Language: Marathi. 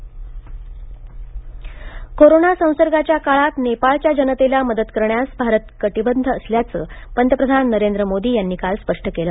मोदी नेपाळ कोरोना संसर्गाच्या काळात नेपाळच्या जनतेला मदत करण्यास भारत कटिबद्ध असल्याचे पंतप्रधान नरेंद्र मोदी यांनी काल स्पष्ट केले